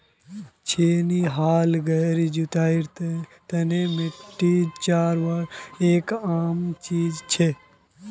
छेनी हाल गहरी जुताईर तने मिट्टी चीरवार एक आम चीज छे